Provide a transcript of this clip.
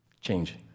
Change